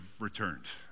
returned